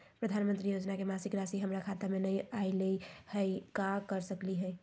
प्रधानमंत्री योजना के मासिक रासि हमरा खाता में नई आइलई हई, का कर सकली हई?